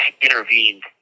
intervened